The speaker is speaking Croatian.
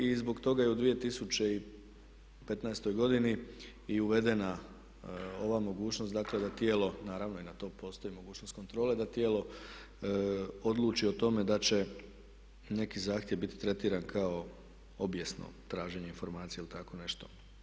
I zbog toga je u 2015. godini i uvedena ova mogućnost, dakle da tijelo, naravno i na to postoji mogućnost kontrole, da tijelo odluči o tome da će neki zahtjev biti tretiran kao obijesno traženje informacija ili tako nešto.